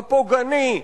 הפוגעני,